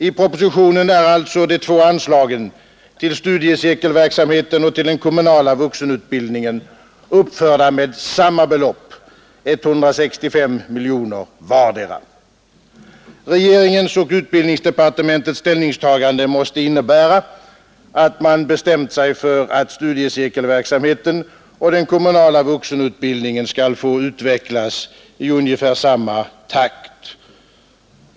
I propositionen är alltså de två anslagen, till studiecirkelverksamheten och till den kommunala vuxenutbildningen, uppförda med samma belopp, 165 miljoner kronor vartdera. Regeringens och utbildningsdepartementets ställningstagande måste innebära att man bestämt sig för att studiecirkelverksamheten och den kommunala vuxenutbildningen skall få utvecklas i ungefär samma takt.